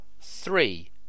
three